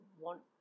want